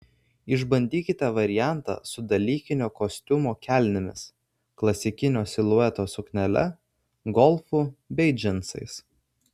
išbandykite variantą su dalykinio kostiumo kelnėmis klasikinio silueto suknele golfu bei džinsais